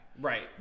right